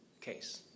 case